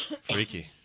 Freaky